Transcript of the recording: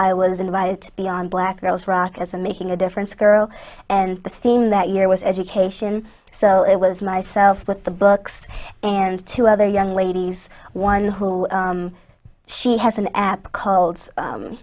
i was invited to be on black girls rock as and making a difference girl and the theme that year was education so it was myself with the books and two other young ladies one hole she has an app called